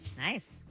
Nice